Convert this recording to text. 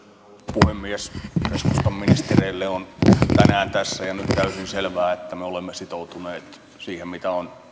puhemies keskustan ministereille on tänään tässä ja nyt täysin selvää että me olemme sitoutuneet siihen mitä on